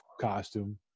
costume